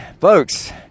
folks